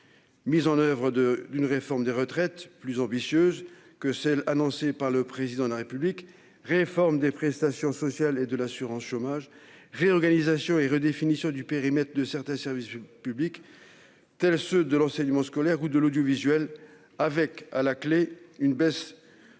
mise en oeuvre d'une réforme des retraites plus ambitieuse que celle qu'a annoncée le Président de la République ; réformes des prestations sociales et de l'assurance chômage ; réorganisation et redéfinition du périmètre de certains services publics, tels ceux de l'enseignement scolaire ou de l'audiovisuel, avec à la clef une baisse tangible